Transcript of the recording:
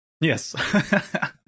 Yes